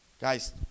Guys